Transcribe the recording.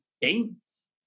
games